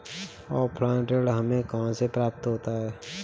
Offline ऋण हमें कहां से प्राप्त होता है?